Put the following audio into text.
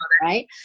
Right